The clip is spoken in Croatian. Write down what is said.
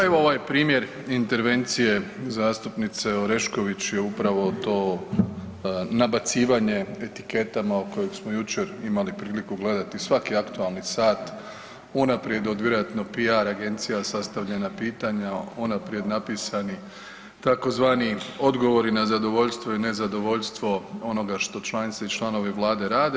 Pa evo ovaj primjer intervencije zastupnice Orešković je upravo to nabacivanje etiketama o kojem smo jučer imali prilike gledati svaki aktualni sat unaprijed vjerojatno PR agencija sastavljena pitanja unaprijed napisani tzv. odgovori na zadovoljstvo i ne zadovoljstvo onoga što članice i članovi Vlade rade.